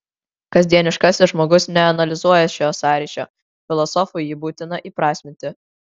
kasdieniškasis žmogus neanalizuoja šio sąryšio filosofui jį būtina įprasminti